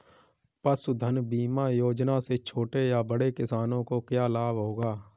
पशुधन बीमा योजना से छोटे या बड़े किसानों को क्या लाभ होगा?